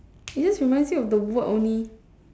is just reminds me of the word only